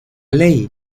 ley